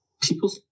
People